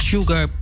Sugar